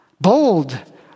Bold